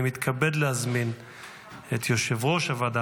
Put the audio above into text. אני מתכבד להזמין את יושב-ראש הוועדה